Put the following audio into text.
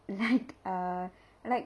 like uh like